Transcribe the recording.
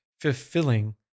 fulfilling